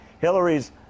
Hillary's